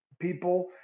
people